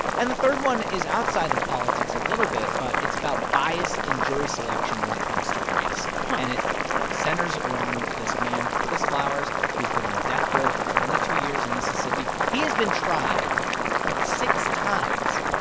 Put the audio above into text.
and the third one is outside of politics a little bit, but it's about bias in jury selection when it comes to race. and it centers around this man curtis flowers, who's been on death row for twenty two years in mississippi. he has been tried six times.